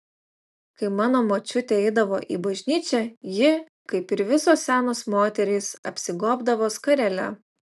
kai mano močiutė eidavo į bažnyčią ji kaip ir visos senos moterys apsigobdavo skarele